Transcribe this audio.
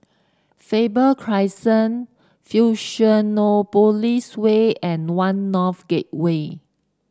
Faber Crescent Fusionopolis Way and One North Gateway